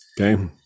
Okay